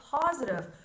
positive